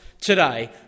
today